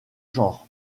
genres